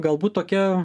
galbūt tokia